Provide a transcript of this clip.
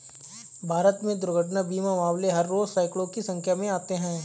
भारत में दुर्घटना बीमा मामले हर रोज़ सैंकडों की संख्या में आते हैं